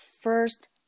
first